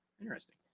Interesting